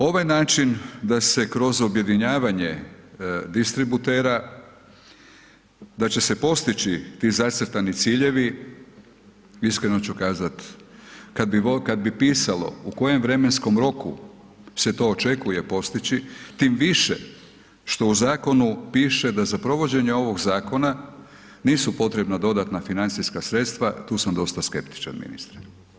Ovaj način da se kroz objedinjavanje distributera da će se postići ti zacrtani ciljevi iskreno ću kazati kada bi pisalo u kojem vremenskom roku se to očekuje postići, tim više što u zakonu piše da za provođenje ovoga zakona nisu potrebna dodatna financijska sredstva tu sam dosta skeptičan ministre.